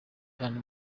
cyane